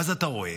ואז אתה רואה,